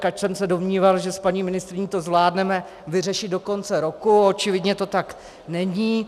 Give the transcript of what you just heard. Ač jsem se domníval, že s paní ministryní to zvládneme vyřešit do konce roku, očividně to tak není.